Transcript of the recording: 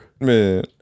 man